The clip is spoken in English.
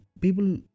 people